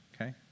okay